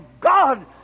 God